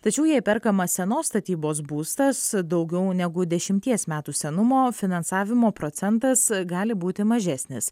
tačiau jei perkamas senos statybos būstas daugiau negu dešimties metų senumo finansavimo procentas gali būti mažesnis